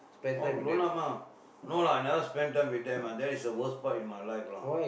all grown up lah no lah I never spend time with them lah that is the worst part in my life lah